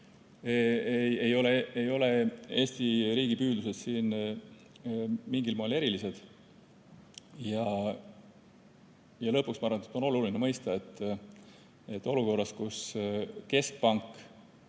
ei ole Eesti riigi püüdlused siin mingil moel erilised. Ja lõpuks, ma arvan, on oluline mõista, et olukorras, kus keskpank